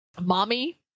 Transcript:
mommy